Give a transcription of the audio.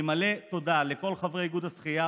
אני מלא תודה לכל חברי איגוד השחייה,